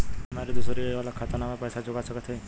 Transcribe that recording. हमारी दूसरी आई वाला खाता ना बा पैसा चुका सकत हई?